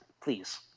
please